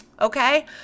Okay